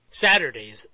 Saturdays